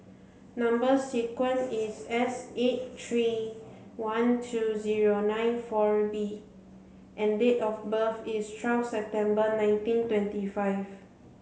number sequence is S eight three one two zero nine four B and date of birth is twelve September nineteen twenty five